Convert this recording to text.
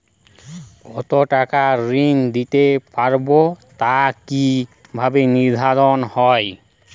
কতো টাকা ঋণ নিতে পারবো তা কি ভাবে নির্ধারণ হয়?